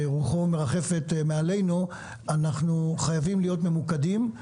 שרוחו מרחפת מעלינו, אנחנו חייבים להיות ממוקדים.